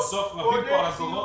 קונה ציוד,